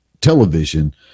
television